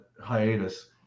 hiatus